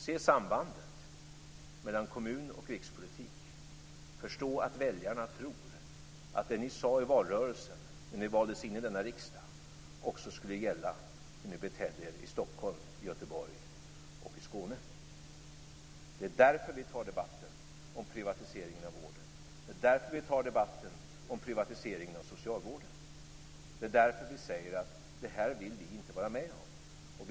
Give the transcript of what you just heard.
Se sambandet mellan kommun och rikspolitik! Förstå att väljarna tror att det ni sade i valrörelsen när ni valdes in i denna riksdag också skall gälla hur ni beter er i Stockholm, Göteborg och Skåne! Det är därför vi tar debatten om privatiseringen av vården. Det är därför vi tar debatten om privatiseringen av socialvården. Det är därför vi säger att vi inte vill vara med om detta.